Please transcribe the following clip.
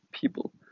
people